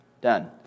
Done